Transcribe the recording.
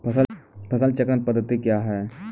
फसल चक्रण पद्धति क्या हैं?